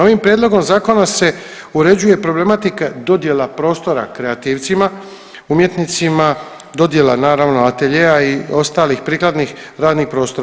Ovim prijedlogom zakona se uređuje problematika dodjela prostora kreativcima umjetnicima, dodjela naravno ateljea i ostalih prikladnih radnih prostora.